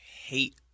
hate